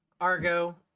Argo